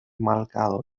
marcado